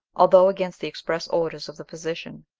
although against the express orders of the physician.